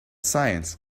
science